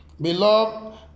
Beloved